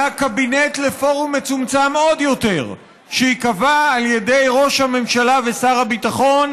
מהקבינט לפורום מצומצם עוד יותר שייקבע על ידי ראש הממשלה ושר הביטחון,